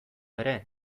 ere